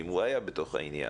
אם הוא היה בתוך העניין,